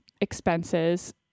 expenses